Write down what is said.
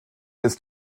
ist